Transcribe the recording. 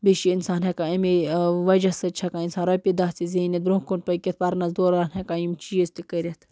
بیٚیہِ چھِ اِنسان ہٮ۪کان اَمے وجہ سۭتۍ چھِ ہٮ۪کان اِنسان رۄپیہِ دَہ تہِ زیٖنِتھ برٛونٛہہ کُن پٔکِتھ پَرنَس دوران ہٮ۪کان یِم چیٖز تہِ کٔرِتھ